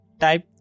type